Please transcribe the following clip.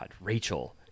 Rachel